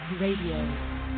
RADIO